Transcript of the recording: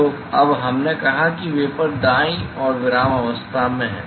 तो अब हमने कहा कि वेपर दायीं ओर विरामावस्था में है